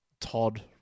Todd